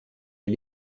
est